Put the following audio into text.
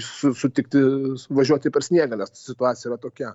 su sutikti važiuoti per sniegą nes situacija yra tokia